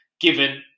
given